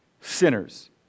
Sinners